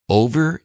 over